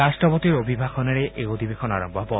ৰট্টপতিৰ অভিভাষণেৰে এই অধিবেশন আৰম্ভ হ'ব